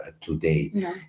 today